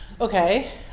Okay